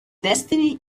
destiny